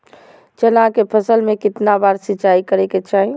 चना के फसल में कितना बार सिंचाई करें के चाहि?